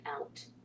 out